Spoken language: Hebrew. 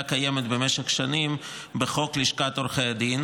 קיימת במשך שנים בחוק לשכת עורכי הדין.